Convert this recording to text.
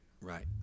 Right